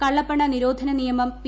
കള്ളപ്പണ നിരോധന നിയമം പി